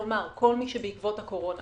כלומר, כל מי שבעקבות הקורונה